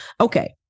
Okay